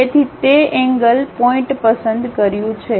તેથી તે તે એન્ગ્લ પોઇન્ટ પસંદ કર્યું છે